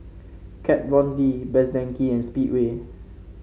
Kat Von D Best Denki and Speedway